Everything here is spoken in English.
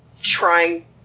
trying